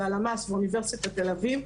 הלמ"ס ואוניברסיטת תל אביב.